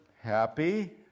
happy